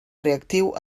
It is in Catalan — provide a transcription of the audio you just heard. reactiu